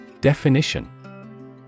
Definition